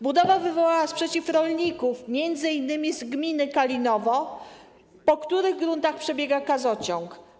Budowa wywołała sprzeciw rolników, m.in. z gminy Kalinowo, po których gruntach przebiega gazociąg.